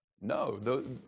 No